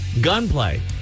gunplay